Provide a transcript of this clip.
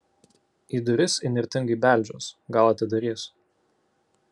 į duris įnirtingai beldžiuos gal atidarys